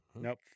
nope